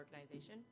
organization